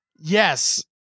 Yes